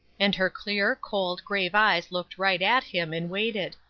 and her clear, cold, grave eyes looked right at him and waited.